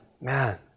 Man